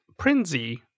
Prinzi